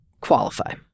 qualify